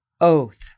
oath